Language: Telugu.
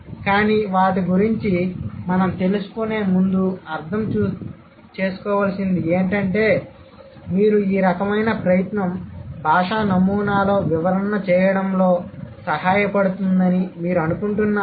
కానీ వాటి గురించి మనం తెలుసుకునే ముందు అర్ధం చేసుకోవాల్సింది ఏంటంటే మీరు ఈ రకమైన ప్రయత్నం భాషా నమూనాలో వివరణ చేయడంలో సహాయపడుతుందని మీరు అనుకుంటున్నారా